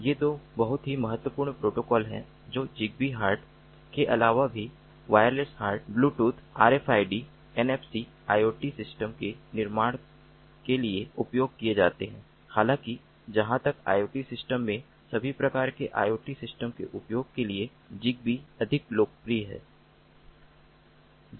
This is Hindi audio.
ये दो बहुत ही महत्वपूर्ण प्रोटोकॉल हैं जो जिगबी हार्ट के अलावा भी wireless HART Bluetooth RFID NFC IoT system के निर्माण के लिए उपयोग किए जाते हैं हालाँकि जहाँ तक IoT सिस्टम में सभी प्रकार के IoT सिस्टम के उपयोग के लिए zigbee अधिक लोकप्रिय है